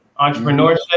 Entrepreneurship